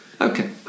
Okay